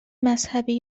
مذهبی